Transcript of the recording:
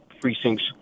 precincts